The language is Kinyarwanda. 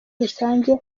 rusange